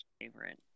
favorite